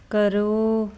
ਕਰੋ